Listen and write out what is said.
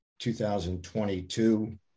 2022